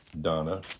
Donna